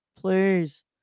please